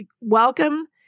welcome